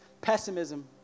pessimism